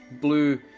blue